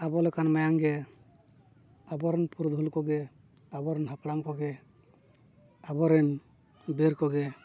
ᱟᱵᱚ ᱞᱮᱠᱟᱱ ᱢᱟᱭᱟᱝ ᱜᱮ ᱟᱵᱚᱨᱮᱱ ᱯᱩᱨᱩᱫᱷᱩᱞ ᱠᱚᱜᱮ ᱟᱵᱚᱨᱮᱱ ᱦᱟᱯᱲᱟᱢ ᱠᱚᱜᱮ ᱟᱵᱚᱨᱮᱱ ᱵᱤᱨ ᱠᱚᱜᱮ